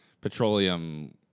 petroleum